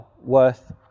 worth